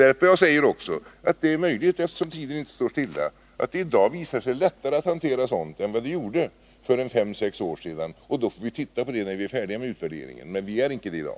Men jag säger också att det är möjligt, eftersom tiden inte står stilla, att det i dag visar sig lättare att hantera sådant här än vad det gjorde för fem sex år sedan. Vi får titta på det när vi är färdiga med utvärderingen. Men vi är inte det i dag.